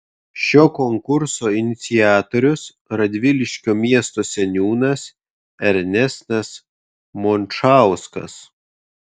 šio konkurso iniciatorius radviliškio miesto seniūnas ernestas mončauskas